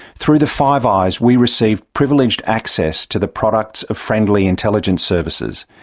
through the five eyes, we receive privileged access to the products of friendly intelligence services,